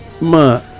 ma